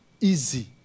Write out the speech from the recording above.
easy